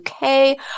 UK